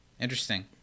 interesting